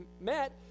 met